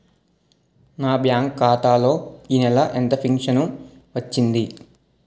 నా బ్యాంక్ ఖాతా లో ఈ నెల ఎంత ఫించను వచ్చింది?